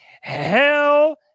Hell